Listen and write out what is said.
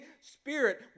Spirit